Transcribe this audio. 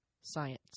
science